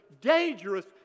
dangerous